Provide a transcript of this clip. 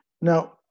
Now